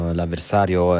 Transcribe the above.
L'avversario